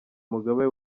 mugabe